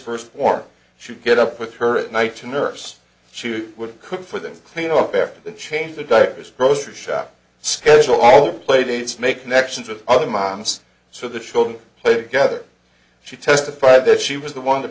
first warm should get up with her at night to nurse shoot would cook for them clean up after the change the diapers grocery shop schedule all play dates make connections with other moms so the children play together she testified that she was the one to